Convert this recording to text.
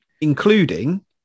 including